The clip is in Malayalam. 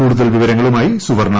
കൂടുതൽവിവരങ്ങളുമായിസുവർണ്ണ